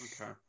Okay